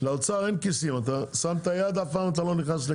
לאוצר אין כיסים, שמת יד, אף פעם אתה לא נכנס.